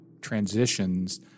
transitions